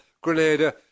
Grenada